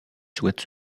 souhaite